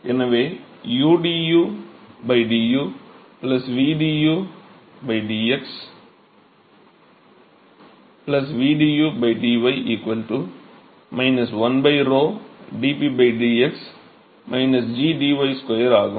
எனவே udu dy v udu dx vdu dy 1 𝞺 dp dx g dy 2 ஆகும்